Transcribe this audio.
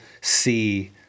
see